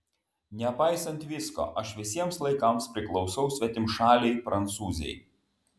nepaisant visko aš visiems laikams priklausau svetimšalei prancūzei